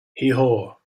heehaw